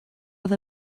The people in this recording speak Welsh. oedd